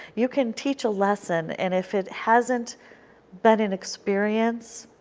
you can teach a lesson, and if it hasn't been an experience,